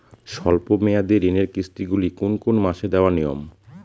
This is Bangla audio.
স্বল্প মেয়াদি ঋণের কিস্তি গুলি কোন কোন মাসে দেওয়া নিয়ম?